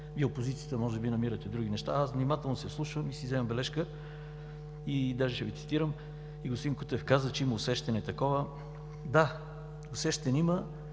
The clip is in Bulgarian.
Вие – опозицията, може би намирате други неща. Аз внимателно се вслушвам и си вземам бележка и даже ще Ви цитирам. Господин Кутев каза, че има усещане такова. Да, усещане има